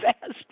Fast